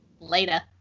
Later